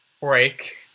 break